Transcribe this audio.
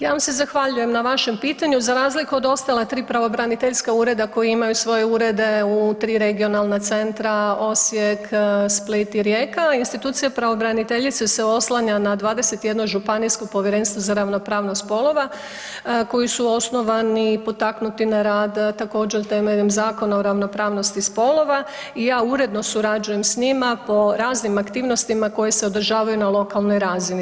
Ja vam se zahvaljujem na vašem pitanju, za razliku od ostala tri pravobraniteljska ureda koji imaju svoje urede u tri regionalna centra, Osijek, Split i Rijeka, institucija pravobraniteljice se oslanja na 21 županijsko povjerenstvo za ravnopravnost spolova koju su osnivani, potaknuti na rad također temeljem Zakona o ravnopravnosti spolova i ja uredno surađujem s njima po raznim aktivnostima koje se održavaju na lokalnoj razini.